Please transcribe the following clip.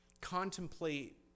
contemplate